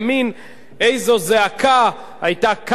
איזו זעקה היתה קמה, מאיפה?